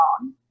on